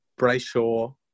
Brayshaw